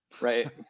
Right